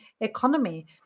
economy